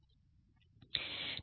ठीक है